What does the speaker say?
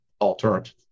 alternative